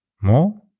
more